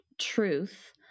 truth